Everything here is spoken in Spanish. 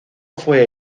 fue